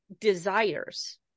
desires